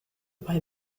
pai